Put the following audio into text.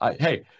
Hey